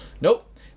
Nope